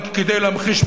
רק כדי להמחיש,